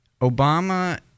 Obama